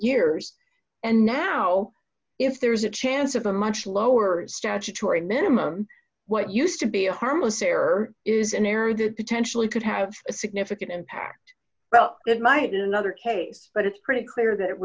years and now if there is a chance of a much lower statutory minimum what used to be a harmless error is an error that potentially could have a significant impact well it might is another case but it's pretty clear that it